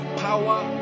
power